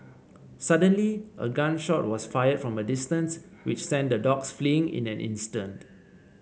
suddenly a gun shot was fired from a distance which sent the dogs fleeing in an instant